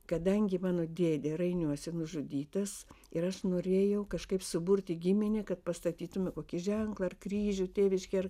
kadangi mano dėdė rainiuose nužudytas ir aš norėjau kažkaip suburti giminę kad pastatytume kokį ženklą ar kryžių tėviškėj ar